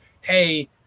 hey